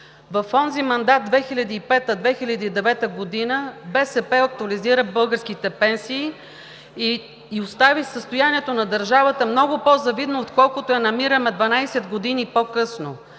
в онзи мандат 2005 – 2009 г. БСП актуализира българските пенсии, и остави състоянието на държавата много по-завидно, отколкото я намираме 12 години по-късно.